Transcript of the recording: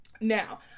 Now